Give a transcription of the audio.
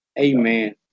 amen